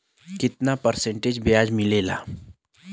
कितना परसेंट ब्याज मिलेला?